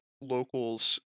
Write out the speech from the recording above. locals